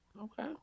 Okay